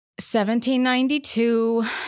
1792